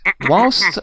whilst